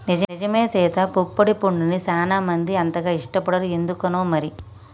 నిజమే సీత పొప్పడి పండుని సానా మంది అంతగా ఇష్టపడరు ఎందుకనో మరి